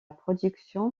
production